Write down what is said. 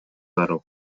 зарыл